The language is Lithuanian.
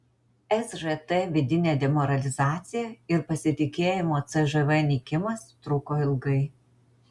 sžt vidinė demoralizacija ir pasitikėjimo cžv nykimas truko ilgai